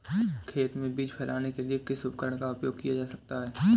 खेत में बीज फैलाने के लिए किस उपकरण का उपयोग किया जा सकता है?